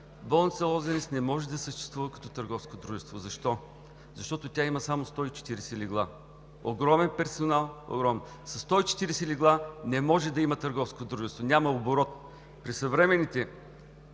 Болница „Лозенец“ не може да съществува като търговско дружество. Защо? Защото тя има само 140 легла и огромен персонал. Със 140 легла не може да има търговско дружество – няма оборот. При съвременния